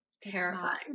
terrifying